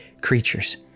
creatures